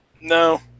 No